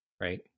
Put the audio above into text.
Right